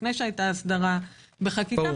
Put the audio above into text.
לפי שהיתה הסדרה בחקיקה.